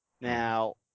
Now